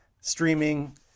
Streaming